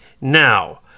now